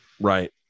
Right